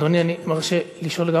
אדוני, אני מבקש לשאול גם